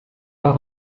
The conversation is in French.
pas